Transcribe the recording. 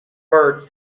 verde